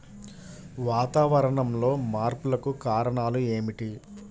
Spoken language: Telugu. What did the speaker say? వాతావరణంలో మార్పులకు కారణాలు ఏమిటి?